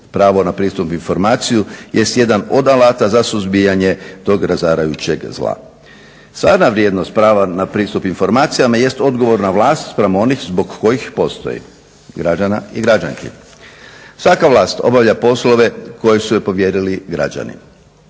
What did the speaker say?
Pravo na pristupi i informaciju jest jedan od alata za suzbijanje tog razarajućeg zla. Stvarna vrijednost prava na pristup informacijama jest odgovorna vlast spram onih zbog kojih postoji – građana i građanki. Svaka vlat obavlja poslove koje su joj povjerili građani.